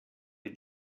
wir